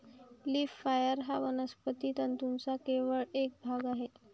leaf fibre हा वनस्पती तंतूंचा केवळ एक भाग आहे